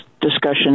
discussion